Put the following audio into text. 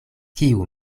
kiu